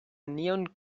neon